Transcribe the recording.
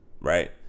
Right